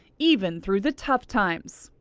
even through the tough times.